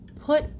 put